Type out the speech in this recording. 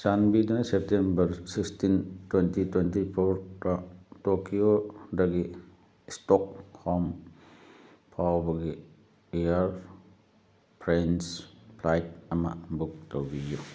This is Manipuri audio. ꯆꯥꯟꯕꯤꯗꯨꯅ ꯁꯦꯞꯇꯦꯝꯕꯔ ꯁꯤꯛꯁꯇꯤꯟ ꯇ꯭ꯋꯦꯟꯇꯤ ꯇ꯭ꯋꯦꯟꯇꯤ ꯐꯣꯔꯗ ꯇꯣꯀ꯭ꯌꯣꯗꯒꯤ ꯏꯁꯇꯣꯛꯍꯣꯝ ꯐꯥꯎꯕꯒꯤ ꯏꯌꯥꯔ ꯐ꯭ꯔꯦꯟꯁ ꯐ꯭ꯂꯥꯏꯠ ꯑꯃ ꯕꯨꯛ ꯇꯧꯕꯤꯌꯨ